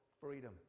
freedom